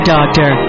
Doctor